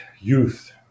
youth